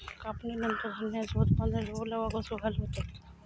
कापणीनंतर धान्यांचो उत्पादनातील ओलावो कसो घालवतत?